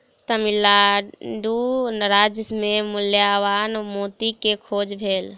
तमिल नाडु राज्य मे मूल्यवान मोती के खोज भेल